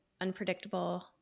unpredictable